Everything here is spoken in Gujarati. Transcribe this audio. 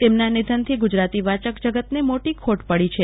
તેમના નિધનથી ગુજરાતી વાયક જગત ને મોટી ખોટ પડી છે